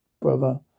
brother